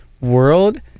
world